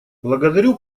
благодарю